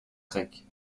grecque